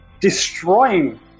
destroying